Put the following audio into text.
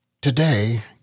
Today